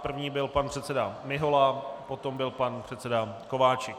První byl pan předseda Mihola, potom byl pan předseda Kováčik.